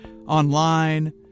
online